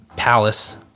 palace